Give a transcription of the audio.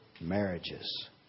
marriages